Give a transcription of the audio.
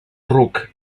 ruc